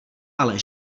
ale